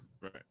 Right